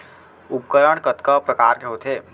उपकरण कतका प्रकार के होथे?